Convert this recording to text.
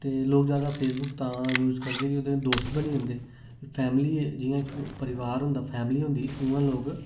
ते लोक जादा फेसबुक यूज तां करदे कि ओह्दे नै दोस्त बनी जंदे फैमिली जियां इक परिवार होंदा फैमिली होंदी उआं लोक